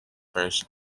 first